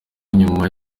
nyuma